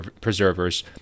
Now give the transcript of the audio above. preservers